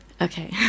Okay